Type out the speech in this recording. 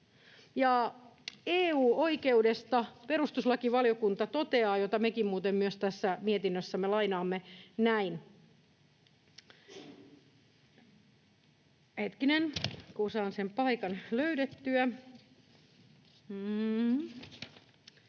EU-oikeudesta perustuslakivaliokunta toteaa, mitä mekin muuten myös tässä mietinnössämme lainaamme, näin... — Hetkinen, kun saan sen paikan löydettyä.